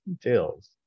details